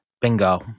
bingo